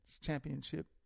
championship